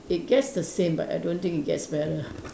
it get the same but I don't think it gets better